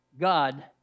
God